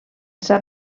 sap